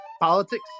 politics